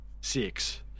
six